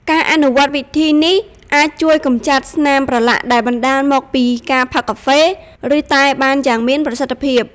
ការអនុវត្តវិធីនេះអាចជួយកម្ចាត់ស្នាមប្រឡាក់ដែលបណ្តាលមកពីការផឹកកាហ្វេ ឬតែបានយ៉ាងមានប្រសិទ្ធភាព។